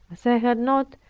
as i had not,